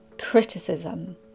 Criticism